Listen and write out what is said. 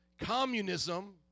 communism